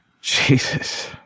Jesus